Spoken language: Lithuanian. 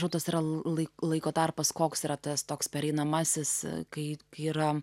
butas yra lai laiko tarpas koks yra tas toks pereinamasis kai yra